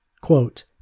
quote